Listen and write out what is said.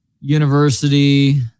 University